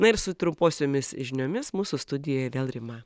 na ir su trumposiomis žiniomis mūsų studijoje vėl rima